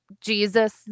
Jesus